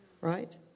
right